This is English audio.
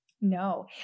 no